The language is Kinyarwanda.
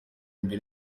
imbere